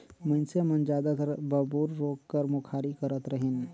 मइनसे मन जादातर बबूर रूख कर मुखारी करत रहिन